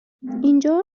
اینجا